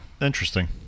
Interesting